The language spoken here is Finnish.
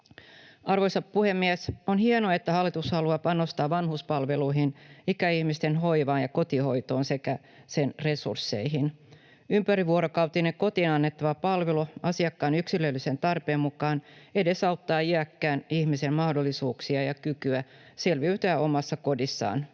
Arvoisa puhemies! On hienoa, että hallitus haluaa panostaa vanhuspalveluihin, ikäihmisten hoivaan ja kotihoitoon sekä sen resursseihin. Ympärivuorokautinen kotiin annettava palvelu asiakkaan yksilöllisen tarpeen mukaan edesauttaa iäkkään ihmisen mahdollisuuksia ja kykyä selviytyä omassa kodissaan